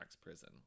Prison